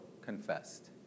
confessed